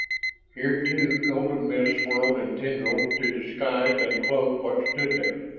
here, too, golden mist swirled in tendrils to disguise and cloak what stood there.